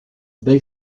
they